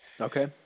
Okay